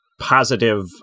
positive